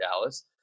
Dallas